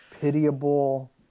pitiable